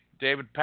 David